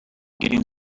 getting